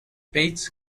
bates